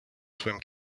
swim